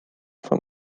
von